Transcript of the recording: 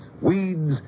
Weeds